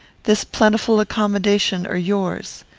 this plentiful accommodation, are yours.